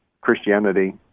Christianity